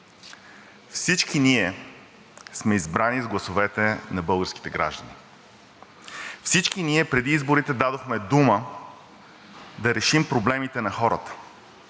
Всички ние сме избрани с гласовете на българските граждани. Всички ние преди изборите дадохме дума да решим проблемите на хората